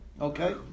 Okay